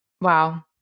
Wow